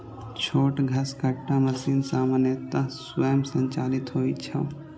छोट घसकट्टा मशीन सामान्यतः स्वयं संचालित होइ छै